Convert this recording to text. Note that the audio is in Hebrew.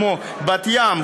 כמו בת-ים,